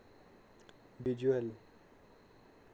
visual